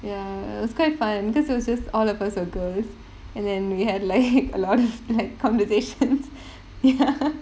ya it was quite fun because it was just all of us were girls and then we had like a lot of like conversations ya